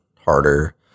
harder